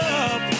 up